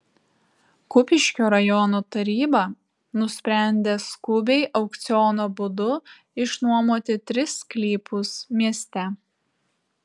kupiškio rajono taryba nusprendė skubiai aukciono būdu išnuomoti tris sklypus mieste